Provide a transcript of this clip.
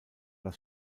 das